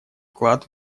вклад